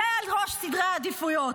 זה בראש סדרי העדיפויות.